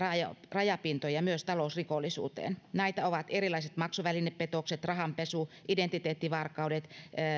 rajapintoja myös talousrikollisuuteen näitä ovat erilaiset maksuvälinepetokset rahanpesu identiteettivarkaudet